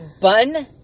bun